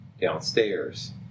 downstairs